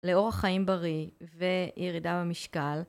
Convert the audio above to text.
לאורח חיים בריא וירידה במשקל.